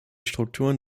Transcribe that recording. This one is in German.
strukturen